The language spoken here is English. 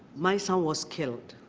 my son was killed.